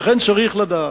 ולכן, צריך לדעת,